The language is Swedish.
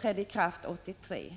skedde 1983.